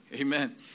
Amen